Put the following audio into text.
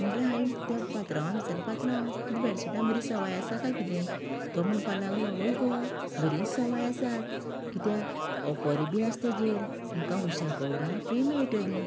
म्हटल्यार हांये त्या पात्रावाक विचारलें पात्रांव कितें बेडशीटां बरी सवाय आसा कांय कितें तो म्हणपाक लागलो हय गो बरीं सवाय आसात कित्याक ऑफरी बी आसा तेचेर तुमकां उश्या कवरां फ्री मेळटलीं